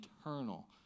eternal